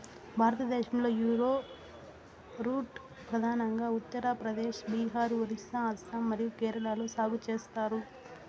భారతదేశంలో, యారోరూట్ ప్రధానంగా ఉత్తర ప్రదేశ్, బీహార్, ఒరిస్సా, అస్సాం మరియు కేరళలో సాగు చేస్తారు